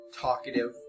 talkative